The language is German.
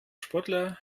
sportler